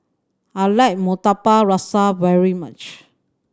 I like Murtabak Rusa very much